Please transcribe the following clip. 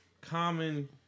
Common